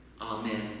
Amen